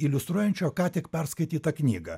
iliustruojančio ką tik perskaitytą knygą